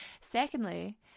secondly